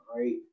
right